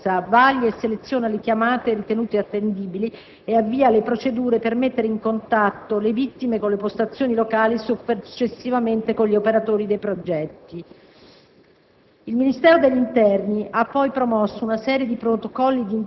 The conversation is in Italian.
locali; riceve richieste di informazioni e di aiuto direttamente dall'utenza; vaglia e seleziona le chiamate ritenute attendibili ed avvia procedure per mettere in contatto le vittime con le postazioni locali e, successivamente, con gli operatori dei progetti.